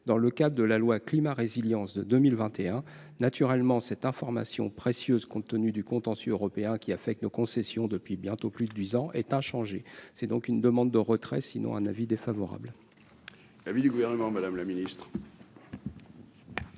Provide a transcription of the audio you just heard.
dans le cadre de la loi climat résilience de 2021 naturellement cette information précieuse, compte tenu du contentieux européen qui a fait que nos concessions depuis bientôt plus de 10 ans est inchangé c'est donc une demande de retrait sinon un avis défavorable.